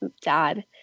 Dad